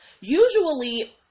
usually